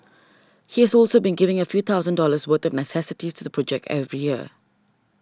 he is also been giving a few thousand dollars worth of necessities to the project every year